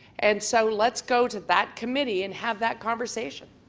and so let's go to that committee and have that conversation.